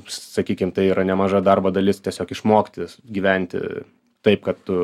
sakykim tai yra nemaža darbo dalis tiesiog išmokti gyventi taip kad tu